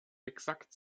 exakt